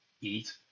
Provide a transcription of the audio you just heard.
eat